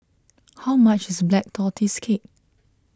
how much is Black Tortoise Cake